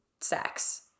sex